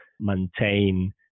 maintain